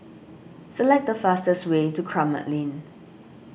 select the fastest way to Kramat Lane